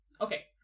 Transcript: Okay